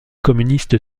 communiste